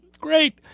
Great